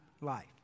life